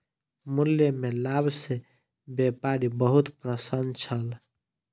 मूल्य में लाभ सॅ व्यापारी बहुत प्रसन्न छल